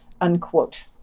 Unquote